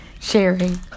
sharing